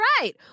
right